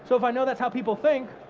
so if i know that's how people think,